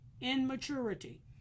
immaturity